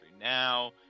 now